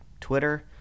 Twitter